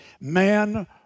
Man